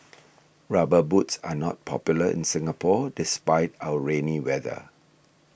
rubber boots are not popular in Singapore despite our rainy weather